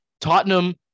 Tottenham